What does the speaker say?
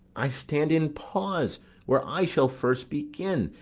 i stand in pause where i shall first begin,